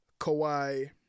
Kawhi